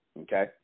okay